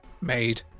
made